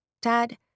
Dad